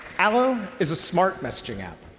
allo is a smart messaging app.